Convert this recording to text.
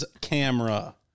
camera